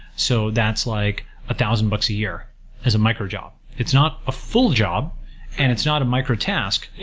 so that's like a thousand bucks a year as a micro job. it's not a full job and it's not a micro task,